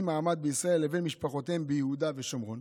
מעמד בישראל לבין משפחותיהם ביהודה ושומרון,